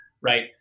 right